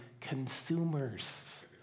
consumers